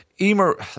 Emer